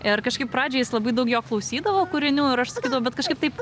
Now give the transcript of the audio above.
ir kažkaip pradžioj jis labai daug jo klausydavo kūrinių ir aš sakydavau bet kažkaip taip